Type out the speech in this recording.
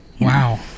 Wow